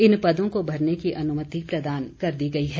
इन पदों को भरने की अनुमति प्रदान कर दी गई है